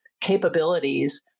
capabilities